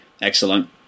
excellent